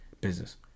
business